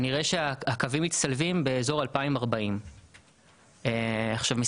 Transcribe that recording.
נראה שהקווים מצטלבים באזור 2040. עכשיו,